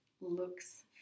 looks